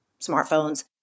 smartphones